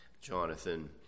Jonathan